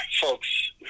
folks